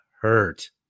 hurt